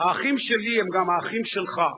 האחים שלי הם גם האחים שלך,